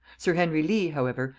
sir henry lee, however,